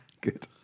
good